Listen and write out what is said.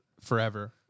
forever